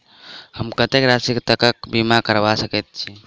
हम कत्तेक राशि तकक बीमा करबा सकैत छी?